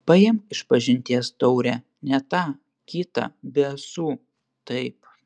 paimk išpažinties taurę ne tą kitą be ąsų taip